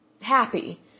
happy